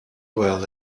well